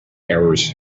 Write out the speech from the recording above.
errors